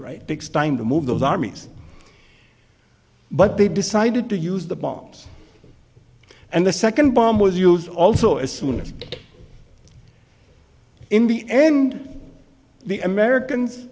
right takes time to move those armies but they decided to use the bombs and the second bomb was used also as soon as in the end the americans